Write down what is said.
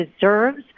deserves